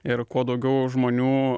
ir kuo daugiau žmonių